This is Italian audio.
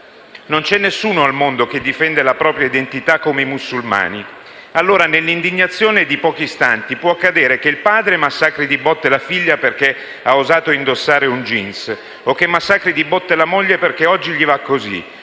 Non c'è nessuno al mondo che difende la propria identità come i musulmani. Allora, nell'indignazione di pochi istanti può accadere che il padre massacri di botte la figlia perché ha osato indossare un jeans o che massacri di botte la moglie perché oggi gli va così,